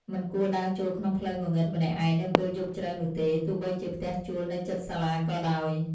មិនគួរដើរចូលក្នុងផ្លូវងងឹតម្នាក់ឯងនៅពេលយប់ជ្រៅនោះទេ ទោះបីជាផ្ទះជួលនៅជិតសាលាក៏ដោយ។